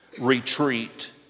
retreat